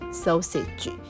sausage